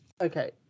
Okay